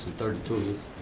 thirty two,